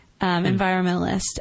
environmentalist